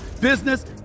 business